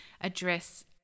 address